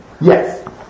Yes